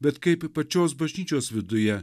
bet kaip pačios bažnyčios viduje